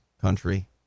country